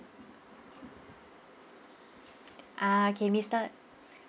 ah okay mister